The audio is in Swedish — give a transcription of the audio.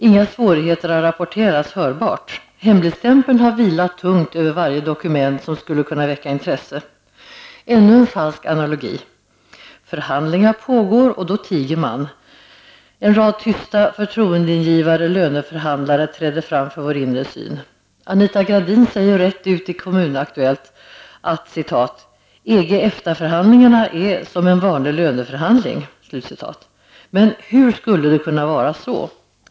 Inga svårigheter har rapporterats hörbart. Hemligstämpeln har vilat tungt över varje dokument som skulle kunna väcka intresse. Ännu en falsk analogi är: Förhandlingar pågår, och då tiger man. En rad tysta, förtroendeingivande löneförhandlare träder fram för vår inre syn. Anita Gradin säger rätt ut i Kommunaktuellt att EG-EFTA-förhandlngarna är som en vanlig löneförhandling. Men hur skulle det kunna vara så?